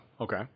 okay